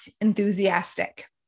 enthusiastic